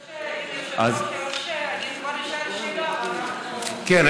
אם אתה מרשה, כבר אשאל שאלה.